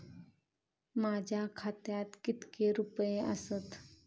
माझ्या खात्यात कितके रुपये आसत?